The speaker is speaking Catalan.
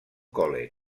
college